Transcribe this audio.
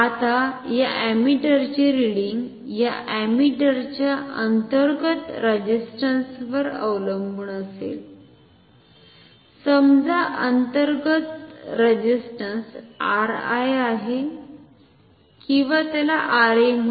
आता या अमीटरचे रिडिंग या अमीटरच्या अंतर्गत रेझिस्ट्न्स वर अवलंबून असेल समजा अंतर्गत रेझिस्ट्न्स Ri आहे किंवा त्याला RA म्हणा